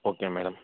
okay madam